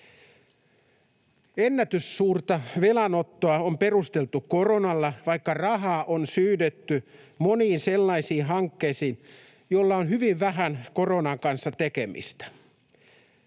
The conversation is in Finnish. Ennätyssuurta velanottoa on perusteltu koronalla, vaikka rahaa on syydetty moniin sellaisiin hankkeisiin, joilla on hyvin vähän tekemistä